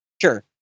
Sure